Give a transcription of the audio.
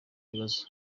ibibazo